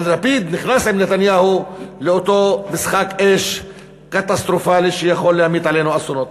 לפיד נכנס עם נתניהו לאותו משחק אש קטסטרופלי שיכול להמיט עלינו אסונות.